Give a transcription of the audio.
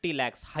lakhs